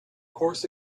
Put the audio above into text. course